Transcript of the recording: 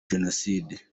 jenoside